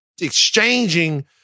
exchanging